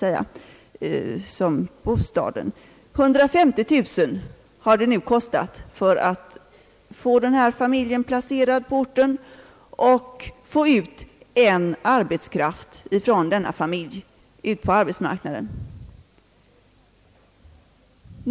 Därmed har det kostat cirka 150 000 kronor att få den här familjen placerad på orten och få ut en arbetskraft från denna familj på arbetsmarknaden.